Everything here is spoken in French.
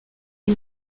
les